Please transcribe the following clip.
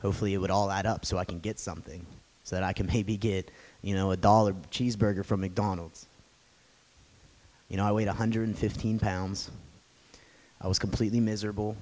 hopefully it would all add up so i can get something that i can maybe get you know a dollar cheeseburger from mcdonald's you know i weighed one hundred fifteen pounds i was completely miserable